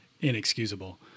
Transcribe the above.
inexcusable